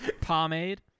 Pomade